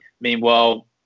Meanwhile